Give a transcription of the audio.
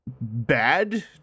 bad